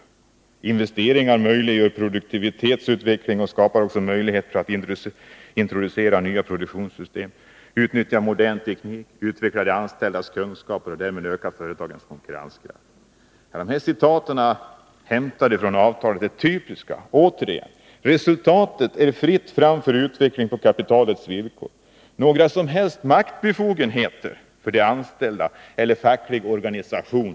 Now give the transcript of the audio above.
Man skriver vidare: ”Investeringar möjliggör produktivitetsutveckling och skapar också möjligheter att introducera nya produktionssystem, utnyttja modern teknik, utveckla de anställdas kunskaper och därmed öka företagens konkurrenskraft.” Dessa citat ur avtalet är typiska. Återigen, resultatet innebär fritt fram för utveckling på kapitalets villkor. Det finns inga som helst maktbefogenheter för de anställda eller för facklig organisation.